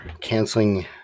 canceling